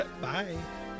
Bye